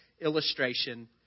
illustration